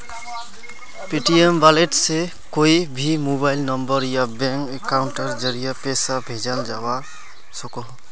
Paytm wallet से कोए भी मोबाइल नंबर या बैंक अकाउंटेर ज़रिया पैसा भेजाल जवा सकोह